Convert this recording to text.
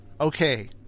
Okay